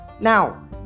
Now